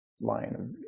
line